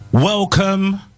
welcome